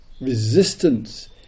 resistance